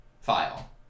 file